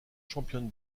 championne